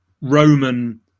Roman